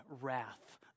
wrath